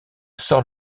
sort